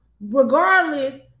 Regardless